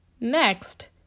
Next